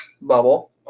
bubble